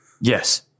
Yes